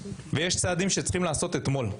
ויש צעדים שצריך היה לעשות אתמול,